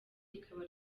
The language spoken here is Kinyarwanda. rikaba